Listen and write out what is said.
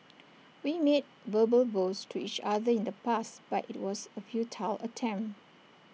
we made verbal vows to each other in the past but IT was A futile attempt